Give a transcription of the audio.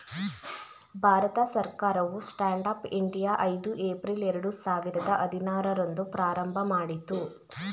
ಭಾರತ ಸರ್ಕಾರವು Stand Up India ಐದು ಏಪ್ರಿಲ್ ಎರಡು ಸಾವಿರದ ಹದಿನಾರು ರಂದು ಪ್ರಾರಂಭಮಾಡಿತು